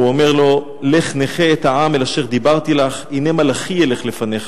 הוא אומר לו: "לך נחה את העם אל אשר דברתי לך הנה מלאכי ילך לפניך